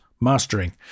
Mastering